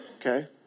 okay